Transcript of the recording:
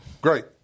Great